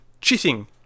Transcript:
Cheating